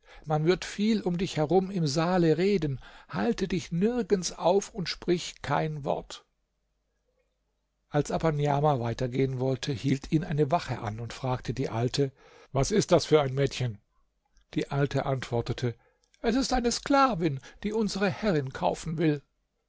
man wird viel um dich herum im saale reden halte dich nirgends auf und sprich kein wort als aber niamah weitergehen wollte hielt ihn eine wache an und fragte die alte was ist das für ein mädchen die alte antwortete es ist eine sklavin die unsere herrin kaufen will